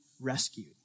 rescued